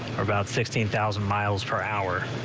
about sixteen thousand miles per hour.